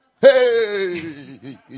Hey